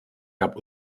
gab